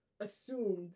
assumed